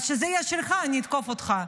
אז כשזה יהיה שלך אני אתקוף אותך.